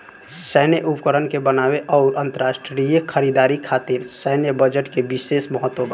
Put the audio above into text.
सैन्य उपकरण के बनावे आउर अंतरराष्ट्रीय खरीदारी खातिर सैन्य बजट के बिशेस महत्व बा